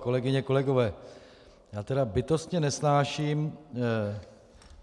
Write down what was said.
Kolegyně, kolegové, já bytostně nesnáším